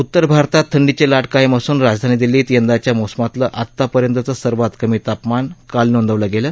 उत्तर भारतात थंडीची लाट कायम असून राजधानी दिल्लीत यंदाच्या मोसमातलं आतापर्यंतचं सर्वात कमी तापमान काल नोंदलं गेलं